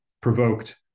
provoked